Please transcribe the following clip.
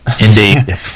Indeed